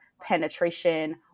penetration